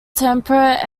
temperate